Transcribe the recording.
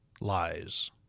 lies